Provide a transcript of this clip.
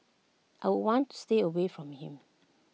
I would want to stay away from him